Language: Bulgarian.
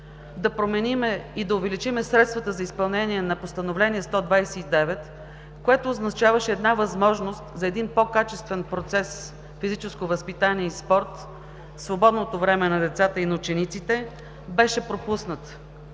да променим и да увеличим средствата за изпълнение на постановление 129, което означаваше една възможност за един по-качествен процес физическо възпитание и спорт в свободното време на децата и учениците, беше пропуснат.